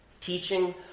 teaching